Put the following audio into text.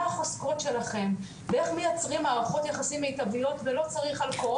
החוזקות שלכם ואיך מייצרים מערכות יחסים מיטביות ולא צריך אלכוהול'.